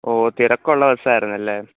ഓ തിരക്കുള്ള ബസ്സ് ആയിരുന്നല്ലേ